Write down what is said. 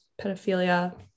pedophilia